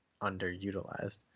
underutilized